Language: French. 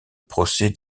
procès